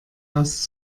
aus